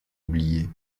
oubliées